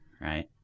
right